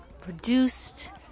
produced